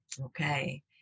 Okay